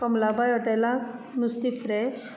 कमलाबाय होटॅलाक नुस्तें फ्रॅश